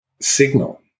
signal